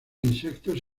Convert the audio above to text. insectos